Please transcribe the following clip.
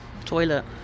Toilet